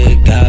God